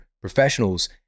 professionals